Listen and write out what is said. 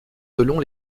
selon